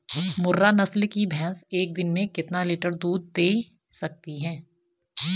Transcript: मुर्रा नस्ल की भैंस एक दिन में कितना लीटर दूध दें सकती है?